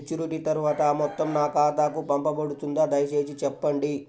Maturity తర్వాత ఆ మొత్తం నా ఖాతాకు పంపబడుతుందా? దయచేసి చెప్పండి?